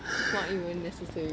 it's not even necessary